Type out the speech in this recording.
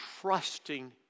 trusting